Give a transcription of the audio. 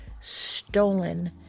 Stolen